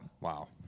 Wow